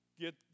get